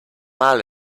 mal